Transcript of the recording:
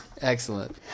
excellent